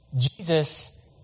Jesus